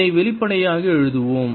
இதை வெளிப்படையாக எழுதுவோம்